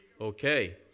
Okay